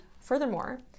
furthermore